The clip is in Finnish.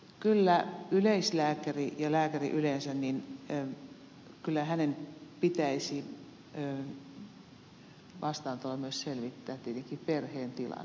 kyllä yleislääkärin ja lääkärin yleensä pitäisi vastaanotolla tietenkin myös selvittää perheen tilanne kokonaistilanne